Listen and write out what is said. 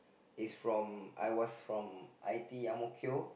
is from I was from I_T_E Ang-Mo-Kio